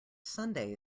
sunday